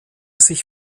sich